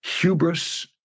hubris